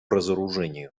разоружению